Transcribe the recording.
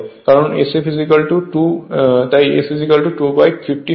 কারণ Sf2 তাই এটি S250 হবে